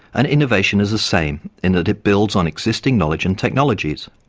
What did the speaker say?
and innovation is the same in that it builds on existing knowledge and technologies.